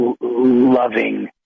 loving